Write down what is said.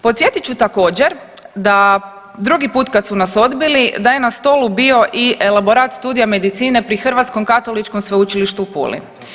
Podsjetit ću također da drugi put kad su nas odbili da je na stolu bio i elaborat studija medicine pri Hrvatskom katoličkom sveučilištu u Puli.